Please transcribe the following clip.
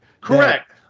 Correct